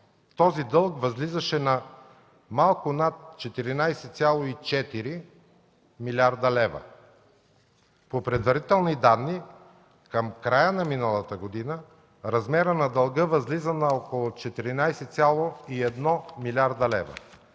този дълг възлизаше на малко над 14,4 млрд. лв. По предварителни данни към края на миналата година размерът на дълга възлиза на около 14,1 млрд. лв.,